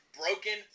broken